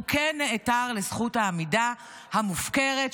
הוא כן נעתר לזכות העמידה המופקרת,